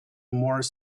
more